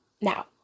Now